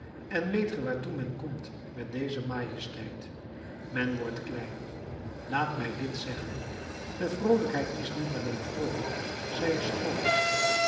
en weet ge waartoe men komt met deze majesteit men wordt klein laat mij dit zeggen de vroolijkheid is niet alleen vroolijk zij is grootsch